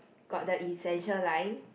got the essential line